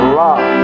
love